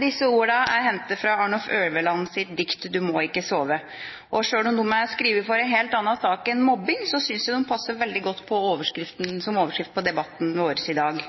Disse ordene er hentet fra Arnulf Øverlands dikt «Du må ikke sove». Selv om dette er skrevet for en helt annen sak enn mobbing, syns jeg det passer godt som overskrift på debatten vår i dag.